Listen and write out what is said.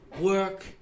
work